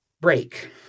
break